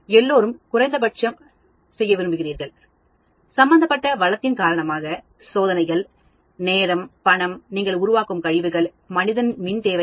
எல்லோரும் குறைந்தபட்சம் செய்ய விரும்புகிறார்கள் சம்பந்தப்பட்ட வளத்தின் காரணமாக சோதனைகள் நேரம் பணம் நீங்கள் உருவாக்கும் கழிவுகள் மனிதன் மின் தேவைகள்